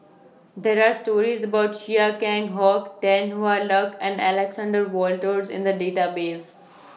There Are stories about Chia Keng Hock Tan Hwa Luck and Alexander Wolters in The Database